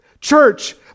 Church